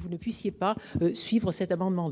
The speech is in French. vous ne puissiez pas suivre cet amendement.